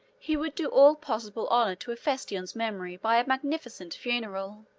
he would do all possible honor to hephaestion's memory by a magnificent funeral.